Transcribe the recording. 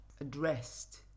addressed